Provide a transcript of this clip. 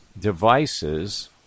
devices